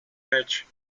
match